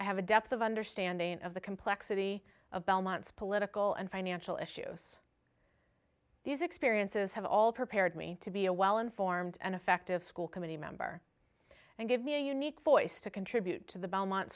i have a depth of understanding of the complexity of belmont's political and financial issues these experiences have all prepared me to be a well informed and effective school committee member and give me a unique voice to contribute to the belmont